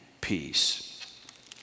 peace